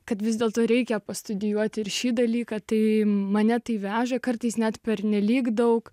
kad vis dėlto reikia pastudijuoti ir šį dalyką tai mane tai veža kartais net pernelyg daug